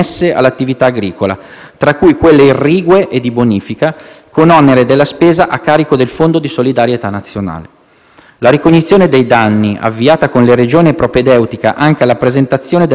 con onere della spesa a carico del Fondo di solidarietà nazionale. La ricognizione dei danni è stata avviata con le Regioni ed è propedeutica anche alla presentazione della richiesta di attivazione del Fondo di solidarietà dell'Unione europea,